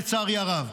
לצערי הרב,